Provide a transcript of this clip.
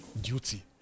duty